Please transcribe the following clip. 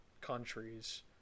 countries